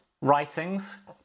writings